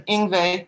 Ingve